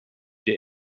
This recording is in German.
der